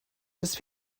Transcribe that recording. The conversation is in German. bis